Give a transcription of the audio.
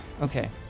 Okay